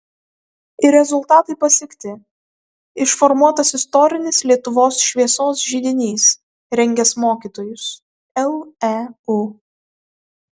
ir rezultatai pasiekti išformuotas istorinis lietuvos šviesos židinys rengęs mokytojus leu